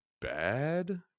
bad